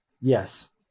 Yes